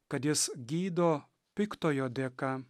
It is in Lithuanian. kad jis gydo piktojo dėka